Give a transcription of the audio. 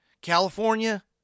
California